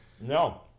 No